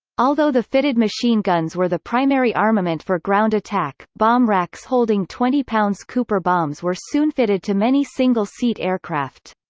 although the fitted machine guns were the primary armament for ground attack, bomb racks holding twenty lb cooper bombs were soon fitted to many single-seat aircraft.